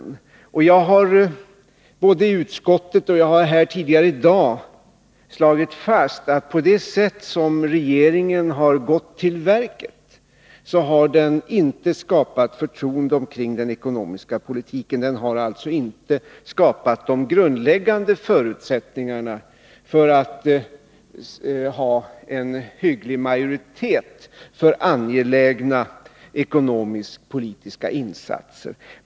Jag har — både i utskottet och här tidigare i dag — slagit fast att regeringen, på det sätt som den har gått till verket, inte har skapat förtroende för den ekonomiska politiken. Den har inte skapat de grundläggande förutsättningarna för en hygglig majoritet för angelägna ekonomisk-politiska insatser.